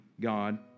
God